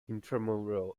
intramural